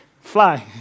Fly